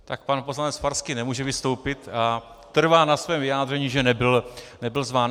Tak pan poslanec Farský nemůže vystoupit a trvá na svém vyjádření, že nebyl zván.